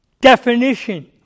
definition